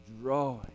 drawing